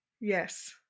Yes